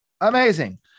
amazing